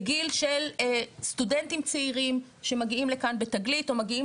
בגיל של סטודנטים צעירים שמגיעים לכאן ב'תגלית' או מגיעים